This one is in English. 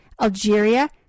Algeria